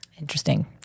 Interesting